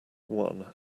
one